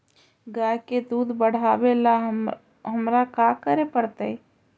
गाय के दुध बढ़ावेला हमरा का करे पड़तई?